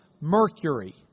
Mercury